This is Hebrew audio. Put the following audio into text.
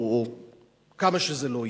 או כמה שזה לא יהיה.